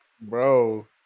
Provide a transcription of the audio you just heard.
bro